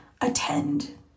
attend